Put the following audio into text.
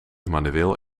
manueel